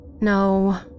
No